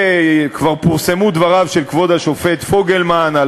כבר פורסמו דבריו של כבוד השופט פוגלמן על